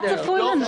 מה צפוי לנו?